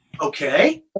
Okay